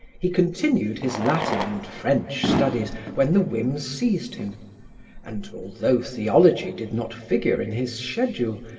he continued his latin and french studies when the whim seized him and, although theology did not figure in his schedule,